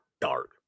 dark